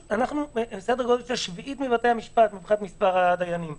בתי-הדין הם שביעית ממספר השופטים בבתי-המשפט.